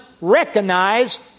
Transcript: recognize